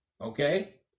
okay